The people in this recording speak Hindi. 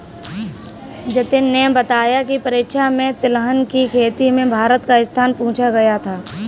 जतिन ने बताया की परीक्षा में तिलहन की खेती में भारत का स्थान पूछा गया था